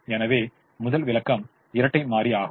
எனவே முதல் விளக்கம் இரட்டை மாறி ஆகும்